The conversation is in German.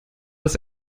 das